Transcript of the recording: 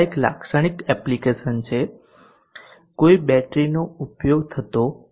આ એક લાક્ષણિક એપ્લિકેશન છે કોઈ બેટરીનો ઉપયોગ થતો નથી